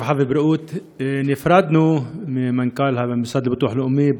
הרווחה והבריאות נפרדנו ממנכ"ל המוסד לביטוח לאומי,